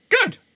good